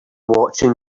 watching